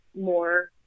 more